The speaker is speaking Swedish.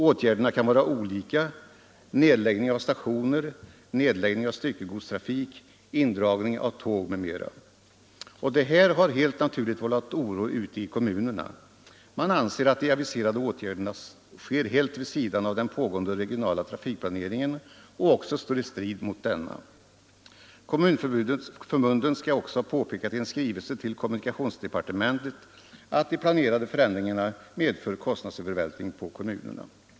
Åtgärderna kan vara olika: nedläggning av stationer, nedläggning av styckegodstrafik, indragning av tåg m.m. Det här har helt naturligt vållat oro ute i kommunerna. Man anser att de aviserade åtgärderna sker helt vid sidan av den pågående regionala trafikplaneringen och också står i strid med denna. Kommunförbundet skall också ha påpekat i en skrivelse till kommunikationsdepartementet att de planerade förändringarna medför kostnadsövervältring på kommunerna.